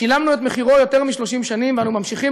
שילמנו את מחירו יותר מ-30 שנים ואנו ממשיכים